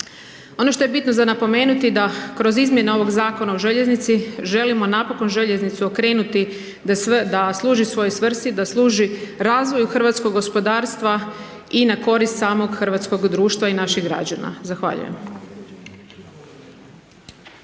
Ono što je bitno za napomenuti da, kroz izmjene ovog Zakona o željeznici, želimo napokon željeznicu okrenuti da služi svojoj svrsi, da služi razvoju hrvatskog gospodarstva i na korist samog hrvatskog društva i naših građana. Zahvaljujem.